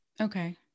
okay